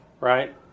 right